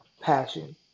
passion